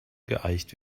geeicht